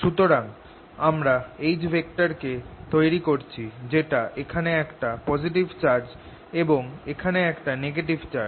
সুতরাং আমরা H কে তৈরি করছি যেটা এখানে একটা পজিটিভ চার্জ এবং এখানে একটা নেগেটিভ চার্জ